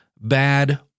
bad